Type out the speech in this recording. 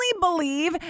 believe